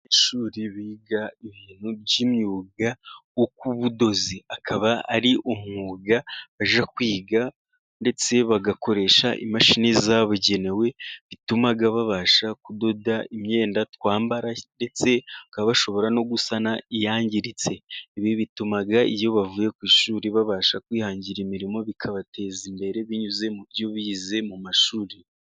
Abanyeshuri biga ibintu by'imyuga y'ubudozi akaba ari umwuga bajya kwiga ndetse bagakoresha imashini zabugenewe, bituma babasha kudoda imyenda twambara ndetse bakaba bashobora no gusana iyangiritse, ibi bituma iyo bavuye ku ishuri babasha kwihangira imirimo bikabateza imbere binyuze mu byo bize mu mashuri.